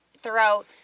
Throughout